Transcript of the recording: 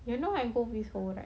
you know I go before right